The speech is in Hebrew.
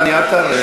דני עטר?